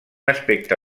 aspecte